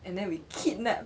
and then we kidnap